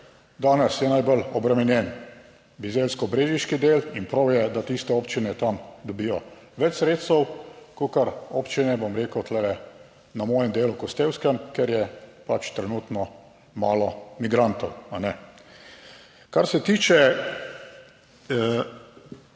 Danes je najbolj obremenjen bizeljsko-brežiški del in prav je, da tiste občine tam dobijo več sredstev kakor občine, bom rekel, tu na mojem delu Kostevskem, kjer je pač trenutno malo migrantov, a ne. Kar se tiče